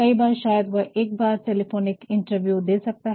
कई बार शायद वह एक बार टेलीफोनिक इंटरव्यू दे सकता है